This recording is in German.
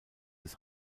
des